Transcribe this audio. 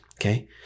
okay